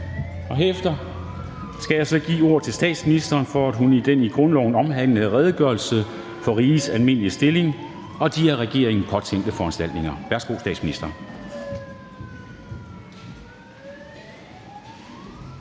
Herefter skal jeg så give ordet til statsministeren, for at hun kan give den i grundloven omhandlede redegørelse for rigets almindelige stilling og de af regeringen påtænkte foranstaltninger. Værsgo, statsministeren.